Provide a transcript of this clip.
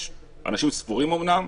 יש אנשים ספורים אומנם,